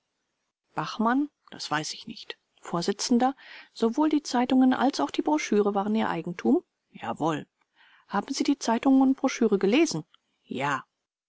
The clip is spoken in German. bachmann das weiß ich nicht vors sowohl die zeitungen als auch die broschüre waren ihr eigentum bachmann jawohl vors haben sie die zeitungen und broschüre gelesen bachmann ja